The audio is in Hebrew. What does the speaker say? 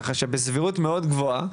בסבירות מאוד גבוהה